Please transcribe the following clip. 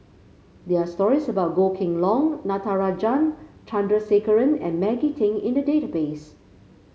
there are stories about Goh Kheng Long Natarajan Chandrasekaran and Maggie Teng in the database